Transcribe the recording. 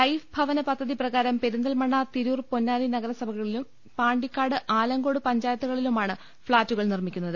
life ഭവന പദ്ധതി പ്രകാരം പെരിന്തൽമണ്ണ തിരൂർ പൊന്നാനി നഗരസഭകളിലും പാണ്ടിക്കാട് ആലങ്കോട് പഞ്ചായത്തുകളിലുമാണ് ഫ്ളാറ്റുകൾ നിർമ്മിക്കുന്നത്